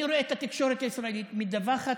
אני רואה את התקשורת הישראלית מדווחת